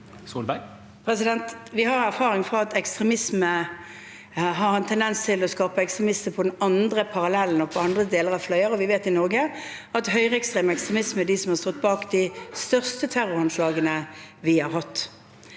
Vi har erfaring med at ekstremisme har en tendens til å skape ekstremister på den andre parallellen og på andre deler av fløyer, og vi vet at høyreekstreme ekstremister er de som har stått bak de største terroranslagene vi har hatt